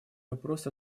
вопрос